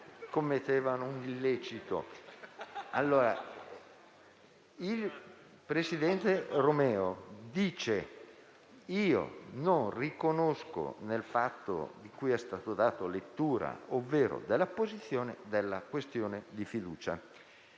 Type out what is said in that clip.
commettevano un illecito. Il presidente Romeo dice: io non riconosco il fatto di cui è stato dato lettura, ovvero l'apposizione della questione di fiducia.